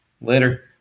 later